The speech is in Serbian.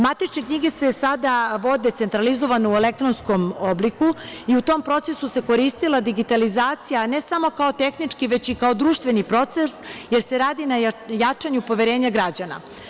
Matične knjige se sada vode centralizovano, u elektronskom obliku, i u tom procesu se koristila digitalizacija, a ne samo kao tehnički, već i kao društveni proces, jer se radi na jačanju poverenja građana.